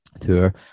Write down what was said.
tour